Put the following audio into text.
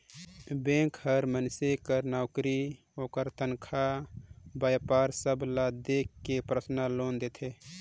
bank हर मइनसे कर नउकरी, ओकर तनखा, बयपार सब ल देख के परसनल लोन देथे